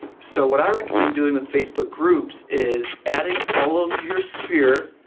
so what i recommend doing with facebook groups is adding all of your sphere,